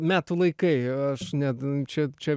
metų laikai aš net čia čia